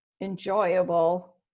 enjoyable